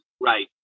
Right